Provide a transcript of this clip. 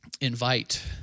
invite